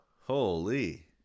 Holy